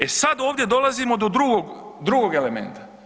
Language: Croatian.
E sad, ovdje dolazimo do drugog elementa.